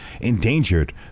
endangered